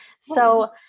So-